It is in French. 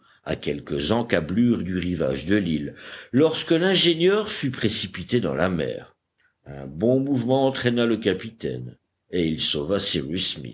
à quelques encablures du rivage de l'île lorsque l'ingénieur fut précipité dans la mer un bon mouvement entraîna le capitaine et il sauva cyrus